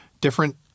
different